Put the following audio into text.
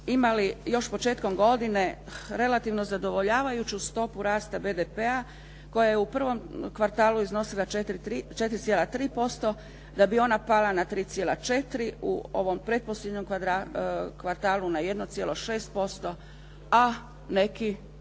imali još početkom godine relativno zadovoljavajuću stopu rasta BDP-a koja je u prvom kvartalu iznosila 4,3% da bi ona pala na 3,4, u ovom pretposljednjem kvartalu na 1,6% a neki